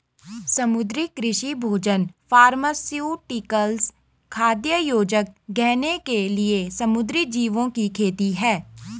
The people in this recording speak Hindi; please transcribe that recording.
समुद्री कृषि भोजन फार्मास्यूटिकल्स, खाद्य योजक, गहने के लिए समुद्री जीवों की खेती है